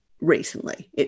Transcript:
recently